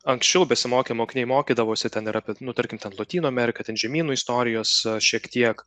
anksčiau besimokę mokiniai mokydavosi ten ir apie nu tarkim ten lotynų amerika ten žemynų istorijos šiek tiek